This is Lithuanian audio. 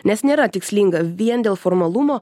nes nėra tikslinga vien dėl formalumo